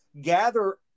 gather